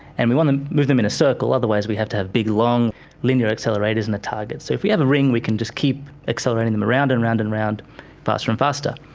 and we want to move them in a circle otherwise we have to have big long linear accelerators and a target. so if we have a ring we can just keep accelerating them around and around and around faster and faster.